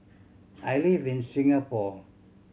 I live in Singapore